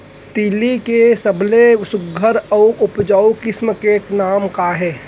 तिलि के सबले सुघ्घर अऊ उपजाऊ किसिम के नाम का हे?